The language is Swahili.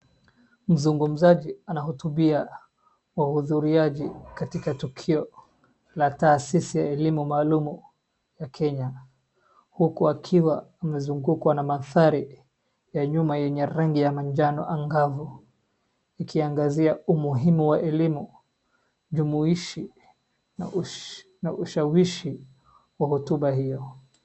Mzungumzaji anahutubia wahudhuriaji katika tukio la taasisi elimu maalum ya Kenya huku akiwa amezungukwa na mandhari ya nyuma yenye rangi ya manjano angavu ikiangazia umuhimu wa elimu jumuishi na ushawishi wa hotuba hiyo.